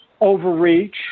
overreach